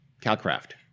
Calcraft